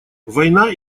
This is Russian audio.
война